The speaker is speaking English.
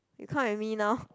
you come with me now